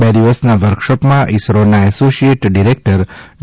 બે દિવસન વર્કશોપમ ઇસરોન એસોસિયેટ ડિરેક્ટર ડો